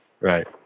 Right